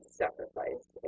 sacrifice